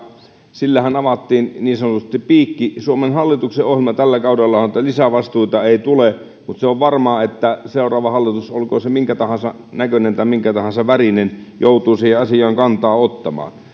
sillähän avattiin niin sanotusti piikki suomen hallituksen ohjelmaan tällä kaudella lisävastuita ei tule mutta se on varmaa että seuraava hallitus olkoon se minkä tahansa näköinen tai minkä tahansa värinen joutuu siihen asiaan kantaa ottamaan